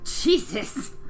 jesus